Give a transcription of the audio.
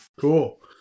Cool